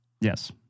Yes